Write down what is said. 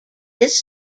this